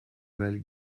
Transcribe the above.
val